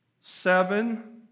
seven